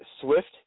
Swift –